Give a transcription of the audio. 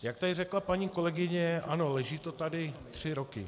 Jak tady řekla paní kolegyně, ano, leží to tady tři roky.